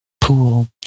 pool